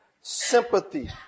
Sympathy